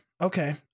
Okay